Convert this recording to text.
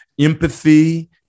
Empathy